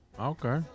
Okay